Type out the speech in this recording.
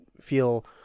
feel